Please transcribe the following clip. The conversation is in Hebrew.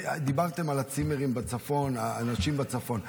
דיברתם על הצימרים בצפון, אנשים בצפון.